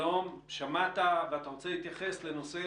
שמעת, ואתה רוצה להתייחס לגבי